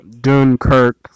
Dunkirk